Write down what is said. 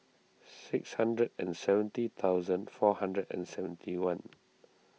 six hundred and seventy thousand four hundred and seventy one